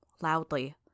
loudly